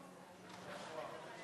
היושבת-ראש,